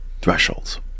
Thresholds